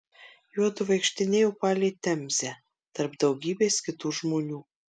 juodu vaikštinėjo palei temzę tarp daugybės kitų žmonių